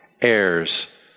heirs